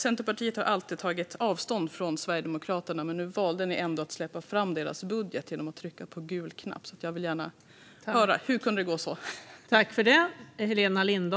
Centerpartiet har ju alltid tagit avstånd från Sverigedemokraterna, men nu valde ni ändå att släppa fram deras budget genom att trycka på gul knapp. Jag vill gärna höra hur det kunde gå så.